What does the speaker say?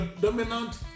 dominant